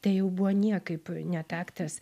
tai jau buvo niekaip netaktas